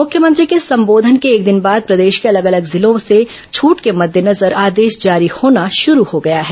मुख्यमंत्री के संबोधन के एक दिन बाद प्रदेश के अलग अलग जिलों से छूट के मद्देनजर आदेश जारी होना शुरू हो गया है